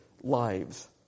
lives